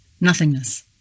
Nothingness